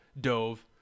dove